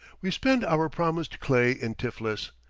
we spend our promised clay in tiflis,